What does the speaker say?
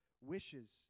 wishes